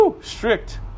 strict